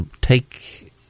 take